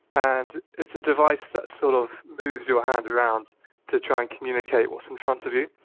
and it's a device that sort of moves your hand around to try and communicate what's in front of you.